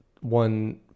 one